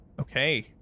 Okay